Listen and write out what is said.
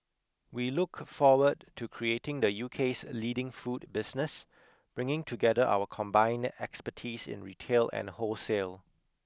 we look forward to creating the UK's leading food business bringing together our combined expertise in retail and wholesale